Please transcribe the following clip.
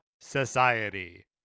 Society